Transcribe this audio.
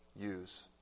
use